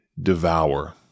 devour